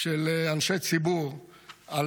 של אנשי ציבור על